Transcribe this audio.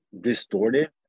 distorted